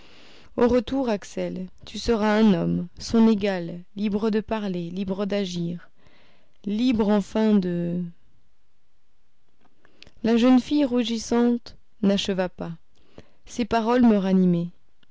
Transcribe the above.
au retour axel tu seras un homme son égal libre de parler libre d'agir libre enfin de la jeune fille rougissante n'acheva pas ses paroles me